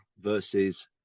versus